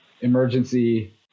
emergency